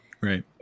Right